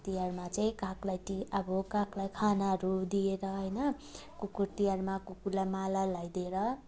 काग तिहारमा चाहिँ कागलाई ती अब कागलाई खानाहरू दिएर होइन कुकुर तिहारमा कुकुरलाई माला लाइदिएर